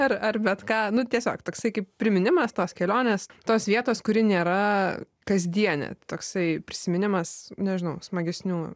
ar ar bet ką nu tiesiog toksai kaip priminimas tos kelionės tos vietos kuri nėra kasdienė toksai prisiminimas nežinau smagesnių